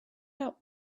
out